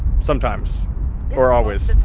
sometimes or always?